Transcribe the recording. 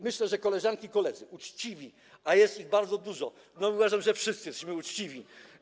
Myślę, że koleżanki i koledzy, uczciwi, a jest ich bardzo dużo, uważam, że wszyscy jesteśmy uczciwi.